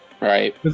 Right